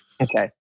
Okay